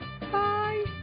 Bye